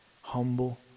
Humble